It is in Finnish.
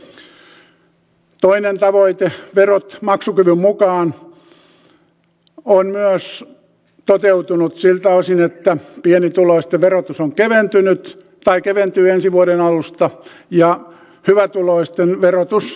myös toinen tavoite verot maksukyvyn mukaan on toteutunut siltä osin että pienituloisten verotus on keventynyt tai keventyy ensi vuoden alusta ja hyvätuloisten verotus kiristyy